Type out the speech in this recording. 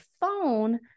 phone